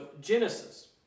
Genesis